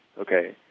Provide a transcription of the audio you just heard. okay